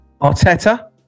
Arteta